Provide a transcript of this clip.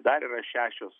dar yra šešios